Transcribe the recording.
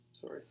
sorry